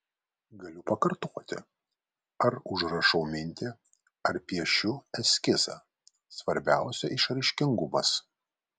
galiu pakartoti ar užrašau mintį ar piešiu eskizą svarbiausia išraiškingumas